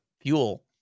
fuel